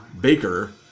Baker